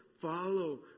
Follow